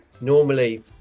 normally